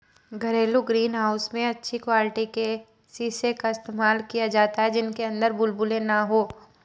घरेलू green house में अच्छी क्वालिटी के शीशे का इस्तेमाल किया जाता है जिनके अंदर बुलबुले ना हो